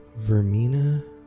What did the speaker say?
Vermina